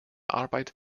arbeit